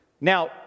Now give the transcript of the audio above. Now